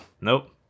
Nope